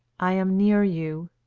i am near you,